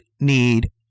need